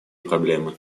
проблемы